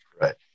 Right